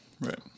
right